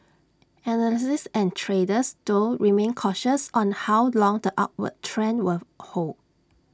analysts and traders though remain cautious on how long the upward trend will hold